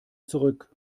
zurück